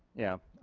yeah.